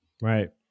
Right